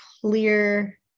clear